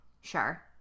sure